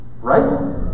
right